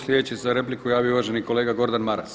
Slijedeći se za repliku javio uvaženi kolega Gordan Maras.